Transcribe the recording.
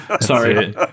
Sorry